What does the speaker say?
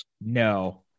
no